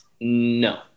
No